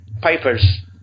Piper's